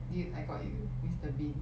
dude I got you mister bean